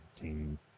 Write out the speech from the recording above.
team